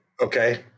Okay